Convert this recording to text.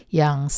yang